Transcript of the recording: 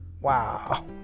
Wow